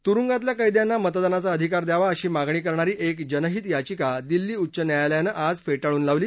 तुरुंगातल्या कैद्यांना मतदानाचा अधिकार द्यावा अशी मागणी करणारी एक जनहित याचिका दिल्ली उच्च न्यायालयानं आज फेटाळून लावली